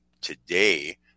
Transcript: today